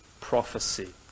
prophecy